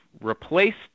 replaced